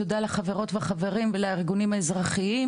תודה לחברות ולחברים בארגונים האזרחיים